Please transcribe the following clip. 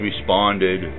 responded